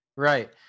Right